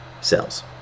cells